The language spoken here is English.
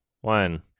one